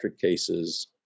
cases